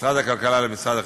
ממשרד הכלכלה למשרד החינוך,